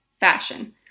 fashion